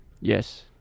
Yes